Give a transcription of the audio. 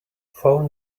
phone